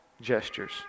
gestures